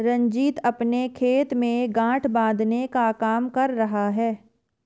रंजीत अपने खेत में गांठ बांधने का काम कर रहा है